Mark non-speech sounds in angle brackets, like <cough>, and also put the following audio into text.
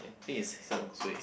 I think it's <noise> suay